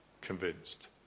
convinced